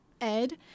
Ed